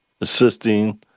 assisting